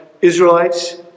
Israelites